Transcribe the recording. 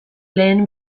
lehen